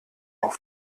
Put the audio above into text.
auf